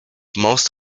most